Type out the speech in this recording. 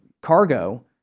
cargo